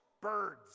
Birds